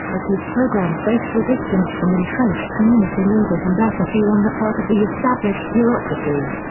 as his program faced resistance from entrenched community leaders and apathy on the part of the established bureaucracy.